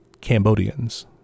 Cambodians